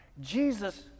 Jesus